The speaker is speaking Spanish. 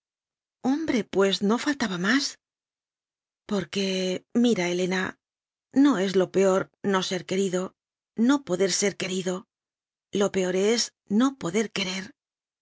hombre pues no faltaba más porque mira helena no es lo peor no ser querido no poder ser querido lo peor es no poder querer